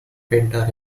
painter